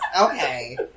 Okay